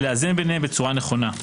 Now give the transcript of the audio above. ולאזן ביניהם בצורה נכונה.